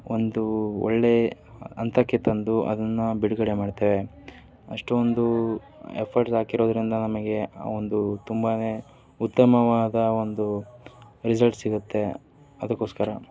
ಒಂದು ಒಳ್ಳೆಯ ಹಂತಕ್ಕೆ ತಂದು ಅದನ್ನು ಬಿಡುಗಡೆ ಮಾಡ್ತೇವೆ ಅಷ್ಟೊಂದು ಎಫರ್ಟ್ಸ್ ಹಾಕಿರೋದರಿಂದ ನಮಗೆ ಆ ಒಂದು ತುಂಬನೇ ಉತ್ತಮವಾದ ಒಂದು ರಿಸಲ್ಟ್ಸ್ ಸಿಗುತ್ತೆ ಅದಕ್ಕೋಸ್ಕರ